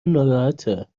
ناراحته